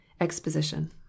Exposition